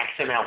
XML